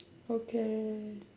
okay